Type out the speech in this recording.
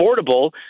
affordable